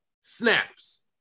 snaps